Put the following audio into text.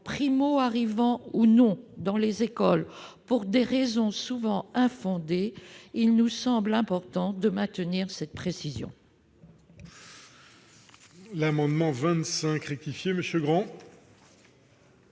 primo-arrivants ou non, dans les écoles, pour des raisons souvent infondées, il nous semble important de maintenir cette précision. L'amendement n° 25 rectifié, présenté